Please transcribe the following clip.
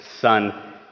son